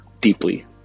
deeply